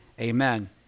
amen